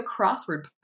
crossword